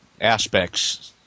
aspects